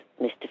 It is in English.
Mr